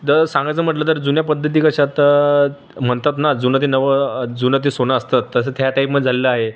जर सांगायचं म्हटलं तर जुन्या पद्धती कशा तर म्हणतात ना जुनं ते नवं जुनं ते सोनं असतं तसं त्या टाईपमध्ये झालेलं आहे